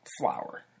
flour